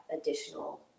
additional